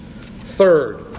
third